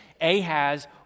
Ahaz